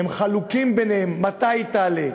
הם חלוקים ביניהם מתי היא תעלה,